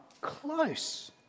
close